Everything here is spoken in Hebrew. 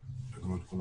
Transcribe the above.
שיתחברו,